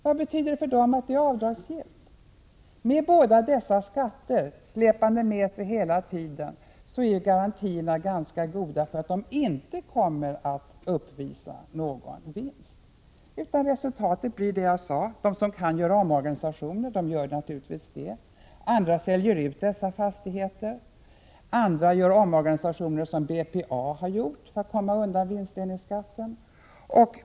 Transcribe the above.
Vad betyder det för dem att det är avdragsgillt? Med båda dessa skatter släpande med hela tiden är garantierna ganska goda för att de inte kommer att uppvisa någon vinst. Resultatet blir som jag sade, dvs. att de som kan göra omorganisationer naturligtvis gör det. En del säljer ut dessa fastigheter, andra gör omorganisationer, som BPA gjorde, för att komma undan vinstdelningsskatten.